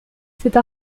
cette